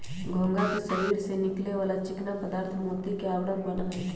घोंघा के शरीर से निकले वाला चिकना पदार्थ मोती के आवरण बना हई